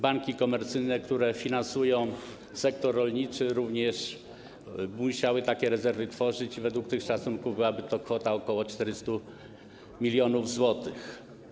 Banki komercyjne, które finansują sektor rolniczy, również musiałyby takie rezerwy tworzyć i według tych szacunków byłaby to kwota ok. 400 mln zł.